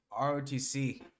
ROTC